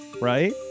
right